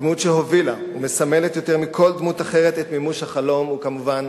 הדמות שהובילה ומסמלת יותר מכל דמות אחרת את מימוש החלום היא כמובן